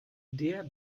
der